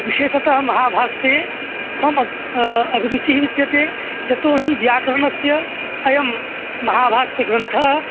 विशेषतः महाभाष्ये मम अभिरुचिः विद्यते यतोऽहि व्याकरणस्य अयं महाभाष्यग्रन्थः